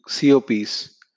COPs